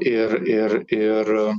ir ir ir